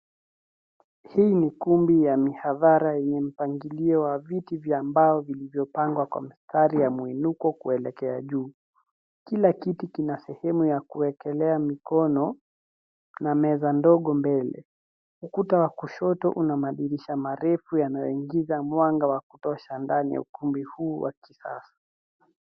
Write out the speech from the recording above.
Hii ni ukumbi wa mihadhara yenye mpangilio wa viti vya mbao vilivyopangwa kwa mstari ya muinuko kuelekea juu. Kila kiti kina sehemu ya kuekelea mikono na meza ndogo mbele. Ukuta wa kushoto una madirisha marefu yanayoingiza mwanga wa kutosha ndani ya ukumbi huu wa kisasa.